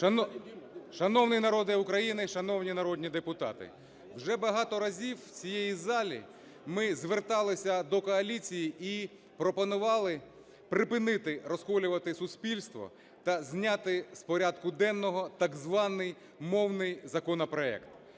Шановний народе України, шановні народні депутати! Вже багато разів в цій залі ми зверталися до коаліції і пропонували припинити розколювати суспільство та зняти з порядку денного так званий мовний законопроект.